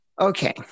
Okay